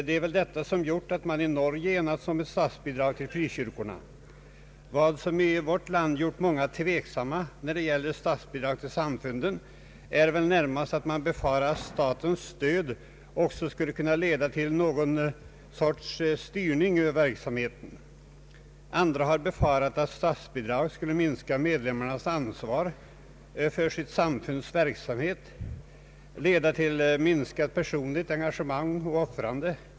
Det är väl detta som har gjort att man i Norge har enats om ett statsbidrag till frikyrkorna. Vad som i vårt land har gjort många tveksamma när det gäller statsbidrag till samfunden är väl närmast att man befarar att statens stöd också skulle kunna leda till någon sorts styrning av verksamheten. Andra har befarat att statsbidrag skulle minska medlemmarnas ansvar för sitt samfunds verksamhet samt leda till minskat personligt engagemang och offrande.